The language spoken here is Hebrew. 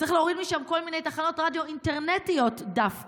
צריך להוריד משם כל מיני תחנות רדיו אינטרנטיות דווקא,